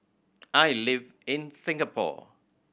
I live in Singapore